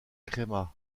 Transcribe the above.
crema